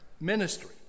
Ministry